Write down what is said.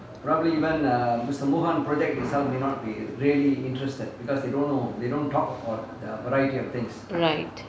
right